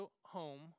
home